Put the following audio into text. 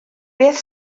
beth